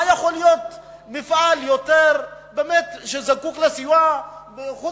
מה יכול להיות מפעל שזקוק לסיוע חוץ